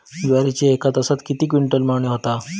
ज्वारीची एका तासात कितके क्विंटल मळणी होता?